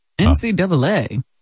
NCAA